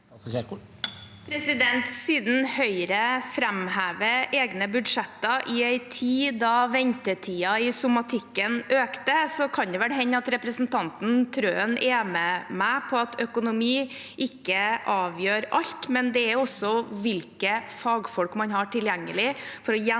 Siden Høyre framhever egne budsjetter i en tid da ventetiden i somatikken økte, kan det vel hende representanten Trøen er med meg på at økonomi ikke avgjør alt. Det handler også om hvilke fagfolk man har tilgjengelig for å gjennomføre